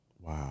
wow